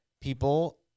people